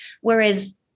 Whereas